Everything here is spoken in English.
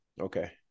Okay